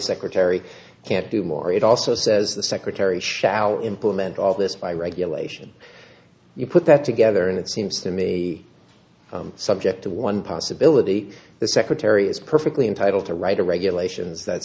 secretary can't do more it also says the secretary shall implement all this by regulation you put that together and it seems to me a subject to one possibility the secretary is perfectly entitled to write a regulations that